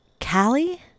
Callie